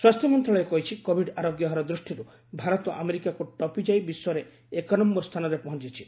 ସ୍ୱାସ୍ଥ୍ୟ ମନ୍ତ୍ରଣାଳୟ କହିଛି କୋବିଡ୍ ଆରୋଗ୍ୟ ହାର ଦୃଷ୍ଟିରୁ ଭାରତ ଆମେରିକାକୁ ଟପିଯାଇ ବିଶ୍ୱରେ ଏକନ୍ୟର ସ୍ଥାନରେ ପହଞ୍ଚୁଛି